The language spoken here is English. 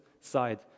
side